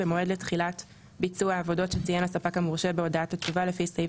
במועד לתחילת ביצוע העבודות שציין הספק המורשה בהודעת התשובה לפי סעיף